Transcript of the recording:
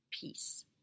peace